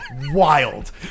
wild